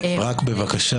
רק, בבקשה,